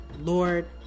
lord